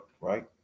right